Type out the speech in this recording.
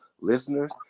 listeners